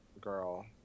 girl